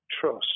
trust